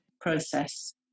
process